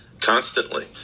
constantly